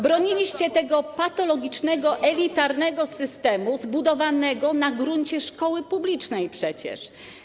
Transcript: Broniliście tego patologicznego, elitarnego systemu, zbudowanego na gruncie szkoły publicznej przecież.